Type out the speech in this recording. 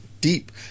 deep